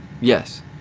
yes